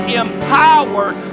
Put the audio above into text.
empowered